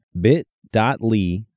bit.ly